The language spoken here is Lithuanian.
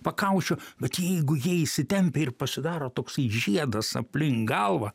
pakaušio bet jeigu jie įsitempia ir pasidaro toks žiedas aplink galvą